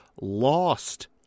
Lost